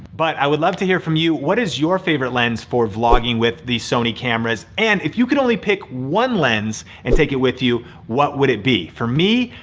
but, i would love to hear from you, what is your favorite lens for vlogging with the sony cameras? and, if you could only pick one lens and take it with you, what would it be? for me,